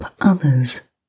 others